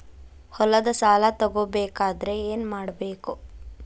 ಹೊಲದ ಸಾಲ ತಗೋಬೇಕಾದ್ರೆ ಏನ್ಮಾಡಬೇಕು?